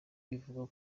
bivugwa